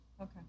Okay